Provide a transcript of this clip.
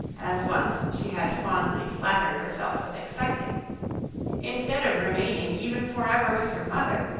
as once she had fondly flattered herself with expecting instead of remaining even for ever with her mother,